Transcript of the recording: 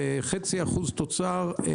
1/2% תוצר.